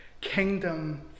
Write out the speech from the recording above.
kingdom